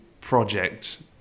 project